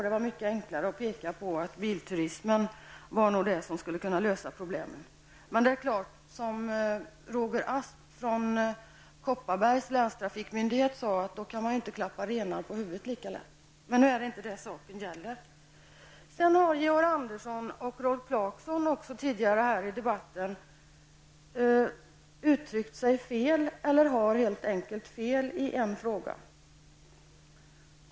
Det var mycket enklare att peka på att bilturismen nog var det som skulle kunna lösa problemen. Men, som Roger Asp från Kopparbergs länstrafikmyndighet sade, då kan man ju inte lika lätt klappa renar på huvudet. Nu är det ju inte det saken gäller. Georg Andersson och Rolf Clarksson har ju tidigare här i debatten uttryckt sig fel, eller har helt enkelt fel, i en fråga.